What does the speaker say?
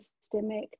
systemic